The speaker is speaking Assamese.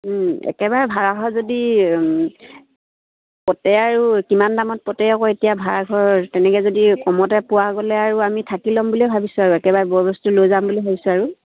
একেবাৰে ভাড়া ঘৰ যদি পতে আৰু কিমান দামত পতে আকৌ এতিয়া ভাড়া ঘৰ তেনেকৈ যদি কমতে পোৱা গ'লে আৰু আমি থাকি ল'ম বুলিয়ে ভাবিছোঁ আৰু একেবাৰে বৰ বস্তু লৈ যাম বুলি ভাবিছোঁ আৰু